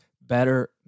better